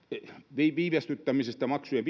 viivästyttämisestä maksujen